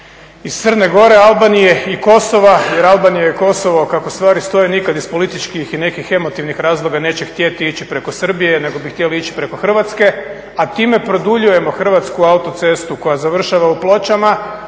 iz Crne Gore, Albanije i Kosova jer Albanija i Kosovo kako stvari stoje nikad iz političkih i nekih emotivnih razloga neće htjeti ići preko Srbije nego bi htjeli ići preko Hrvatske a time produljujemo hrvatsku autocestu koja završava u Pločama